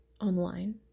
online